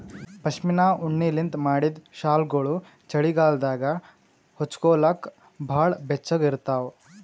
ಪಶ್ಮಿನಾ ಉಣ್ಣಿಲಿಂತ್ ಮಾಡಿದ್ದ್ ಶಾಲ್ಗೊಳು ಚಳಿಗಾಲದಾಗ ಹೊಚ್ಗೋಲಕ್ ಭಾಳ್ ಬೆಚ್ಚಗ ಇರ್ತಾವ